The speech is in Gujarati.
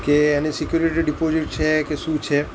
કે એની સિક્યુરિટી ડિપોઝિટ છે કે શું છે